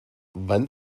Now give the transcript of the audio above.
wann